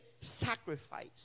sacrifice